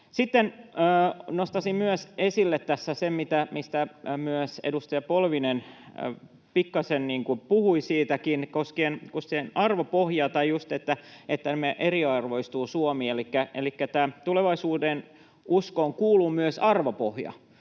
Sitten nostaisin esille tässä sen, mistä myös edustaja Polvinen pikkasen puhui koskien arvopohjaa tai just sitä, että Suomi eriarvoistuu. Elikkä tulevaisuudenuskoon kuuluu myös arvopohja,